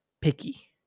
picky